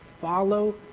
follow